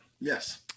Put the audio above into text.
Yes